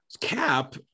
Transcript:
cap